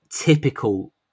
typical